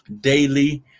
daily